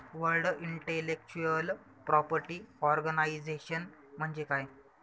World intellectual property organisation म्हणजे काय?